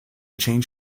change